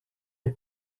est